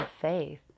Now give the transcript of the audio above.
faith